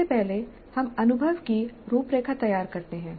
सबसे पहले हम अनुभव की रूपरेखा तैयार करते हैं